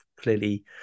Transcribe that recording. clearly